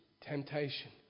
temptation